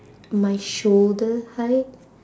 my shoulder height